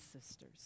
sisters